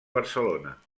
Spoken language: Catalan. barcelona